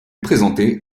présenter